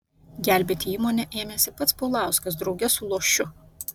gelbėti įmonę ėmėsi pats paulauskas drauge su lošiu